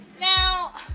Now